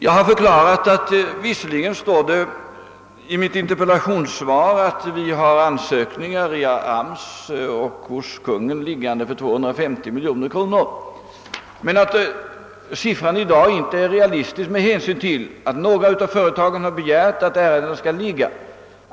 Jag har förklarat att det visserligen står i mitt interpellationssvar att via arbetsmarknadsstyrelsen och till Konungen har kommit in ansökningar om sammanlagt 250 miljoner kronor, men att siffran i dag inte är realistisk med hänsyn till att några av företagen begärt att deras framställningar skall vila.